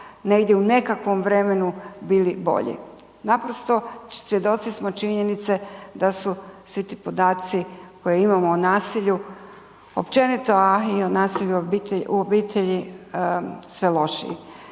negdje u nekakvom vremenu bili bolji. Naprosto svjedoci smo činjenice da su svi ti podaci koje imamo o nasilju općenito, a i o nasilju u obitelji, sve lošiji,